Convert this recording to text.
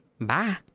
Bye